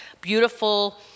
beautiful